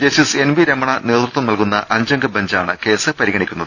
justice N V Ramana നേതൃത്വം നിൽകുന്ന അഞ്ചംഗ ബെഞ്ചാണ് കേസ് പരിഗണിക്കുന്നത്